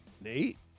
nate